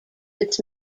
its